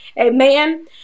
Amen